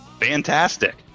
Fantastic